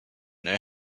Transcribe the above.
know